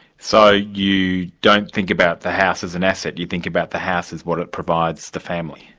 so you don't think about the house as an asset, you think about the house as what it provides the family?